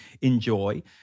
enjoy